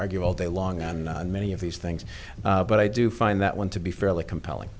argue all day long and many of these things but i do find that one to be fairly compelling